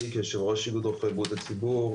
כאשר גם זה צריך להיות מתועד בצורה אמינה.